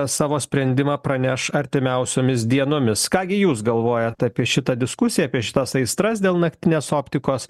savo sprendimą praneš artimiausiomis dienomis ką gi jūs galvojat apie šitą diskusiją apie šitas aistras dėl naktinės optikos